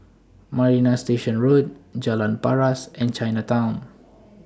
Marina Station Road Jalan Paras and Chinatown